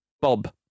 Bob